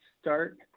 start